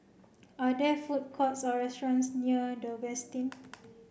are there food courts or restaurants near The Westin